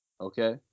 Okay